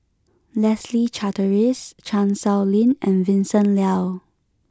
Leslie Charteris Chan Sow Lin and Vincent Leow